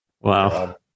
Wow